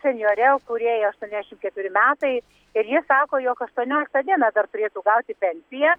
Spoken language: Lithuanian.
senjore kuriai aštuoniasdešim keturi metai ir ji sako jog aštuonioliktą dieną dar turėtų gauti pensiją